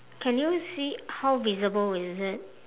can you see how visible is it